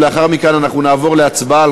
ולאחר מכן אנחנו נעבור להצבעה,